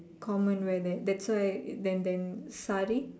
common wear there that's why then then saree